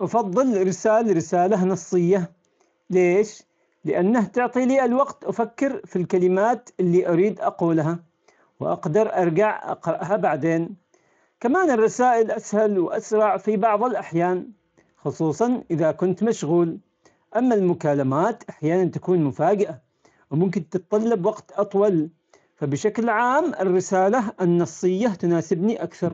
أفضل إرسال رسالة نصية، ليش؟ لأنه تعطيلي الوقت أفكر في الكلمات اللي أريد أقولها، وأقدر أرجع أقرأها بعدين، كمان الرسائل أسهل وأسرع في بعض الأحيان خصوصا إذا كنت مشغول، أما المكالمات أحيانا تكون مفاجأة وممكن تتطلب وقت أطول فبشكل عام الرسالة النصية تناسبني أكثر.